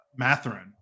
Matherin